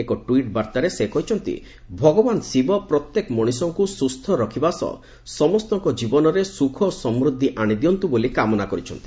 ଏକ ଟ୍ୱିଟ ବାର୍ତ୍ତାରେ ସେ କହିଛନ୍ତି ଭଗବାନ ଶିବ ପ୍ରତ୍ୟେକ ମଣିଷଙ୍କୁ ସୁସ୍ଥ ରଖିବା ସହ ସମସ୍ତ ଜୀବନରେ ସୁଖ ଓ ସମୃଦ୍ଧି ଆଣିଦିଅନ୍ତୁ ବୋଲି କାମନା କରିଚ୍ଚନ୍ତି